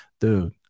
Dude